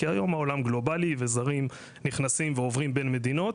כי היום העולם גלובלי וזרים נכנסים ועוברים בין מדינות,